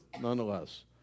nonetheless